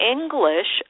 English